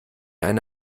eine